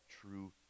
true